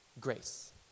Grace